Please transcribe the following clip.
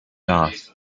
off